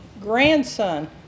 grandson